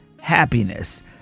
happiness